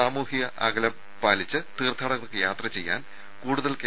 സാമൂഹിക അകലം പാലിച്ച് തീർത്ഥാടകർക്ക് യാത്ര ചെയ്യാൻ കൂടുതൽ കെ